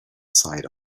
side